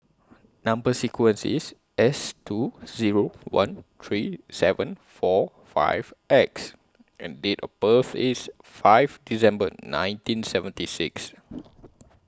Number sequence IS S two Zero one three seven four five X and Date of birth IS five December nineteen seventy six